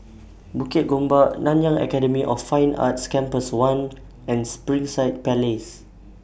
Bukit Gombak Nanyang Academy of Fine Arts Campus one and Springside Place